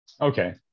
okay